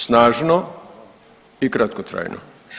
Snažno i kratkotrajno.